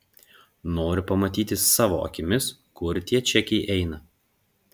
noriu pamatyti savo akimis kur tie čekiai eina